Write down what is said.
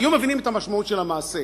היו מבינים את המשמעות של המעשה.